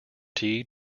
tea